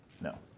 no